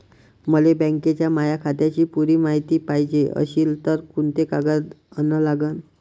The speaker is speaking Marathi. मले बँकेच्या माया खात्याची पुरी मायती पायजे अशील तर कुंते कागद अन लागन?